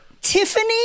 Tiffany